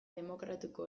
demokratiko